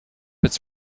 its